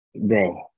Bro